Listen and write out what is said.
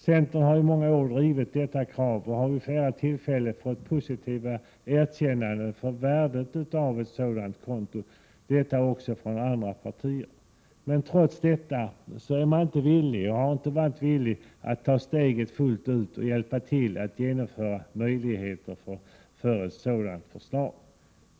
Centern har i många år drivit krav på sådana konton och har vid flera tillfällen fått positiva erkännanden beträffande värdet av sådana konton — också från andra partier. Men trots detta har man inte varit villig att ta steget fullt ut och hjälpa till att genomföra detta förslag.